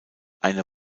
eine